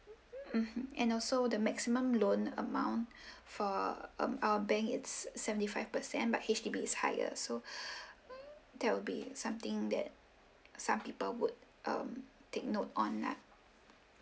mmhmm and also the maximum loan amount for um our bank it's seventy five percent but H_D_B is higher so uh there will be something that some people would um take note on that